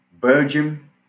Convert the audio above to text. Belgium